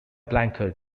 blanchard